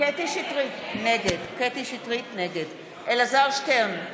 קטרין שטרית, נגד אלעזר שטרן,